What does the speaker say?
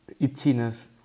itchiness